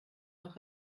noch